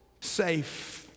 safe